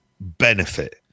benefit